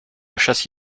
chasse